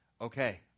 okay